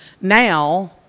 now